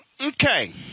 okay